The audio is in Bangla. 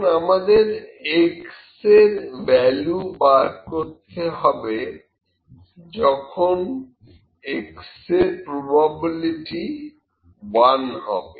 এখন আমাদের X এর ভ্যালু বার করতে হবে যখন X এর প্রবাবিলিটি 1 হবে